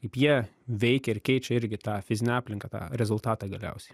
kaip jie veikia ir keičia irgi tą fizinę aplinką tą rezultatą galiausiai